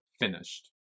Finished